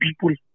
people